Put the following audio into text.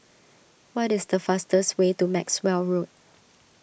what is the fastest way to Maxwell Road